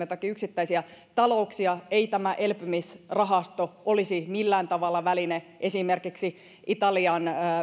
joitakin yksittäisiä talouksia ei tämä elpymisrahasto olisi millään tavalla väline esimerkiksi italian